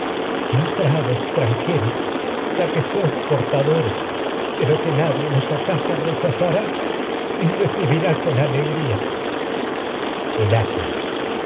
entrad extranjeros ya que sois porta dores de lo que nadie en esta casa rechazará ni recibirá con alegría el ayo